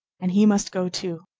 and he must go too.